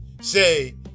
say